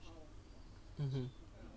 mmhmm